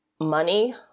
money